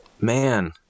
Man